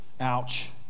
ouch